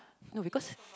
no because